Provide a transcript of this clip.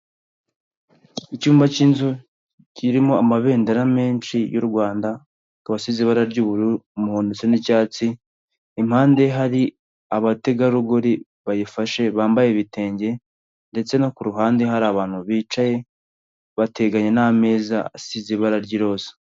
Icyumba cy'inzu kirimo amabendera menshi y'u Rwanda, akaba asize ibara ry'ubururu umuhondo ndetse n'icyatsi, impande hari abategarugori bayifashe bambaye ibitenge ndetse no ku ruhande hari abantu bicaye bateganye n'ameza asize ibara ry'iroza.